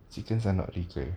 chickens are not legal